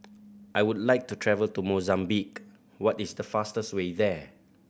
I would like to travel to Mozambique what is the fastest way there